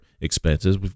expenses